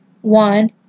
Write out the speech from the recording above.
One